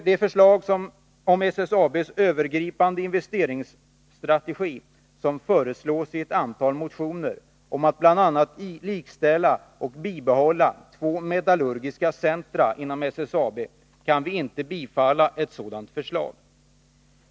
De förslag om SSAB:s övergripande investeringsstrategi som framförs i ett antal motioner om att bl.a. likställa och bibehålla två metallurgiska centra inom SSAB kan vi inte bifalla.